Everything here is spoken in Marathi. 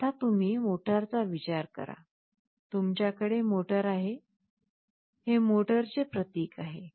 आता तुम्ही मोटारचा विचार करा तुमच्याकडे मोटार येथे आहे हे मोटरचे प्रतीक आहे